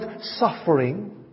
suffering